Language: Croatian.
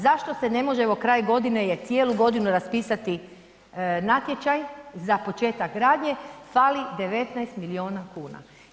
Zašto se ne može evo kraj godine je, cijelu godinu raspisati natječaj za početak radnje, fali 19 milijuna kuna.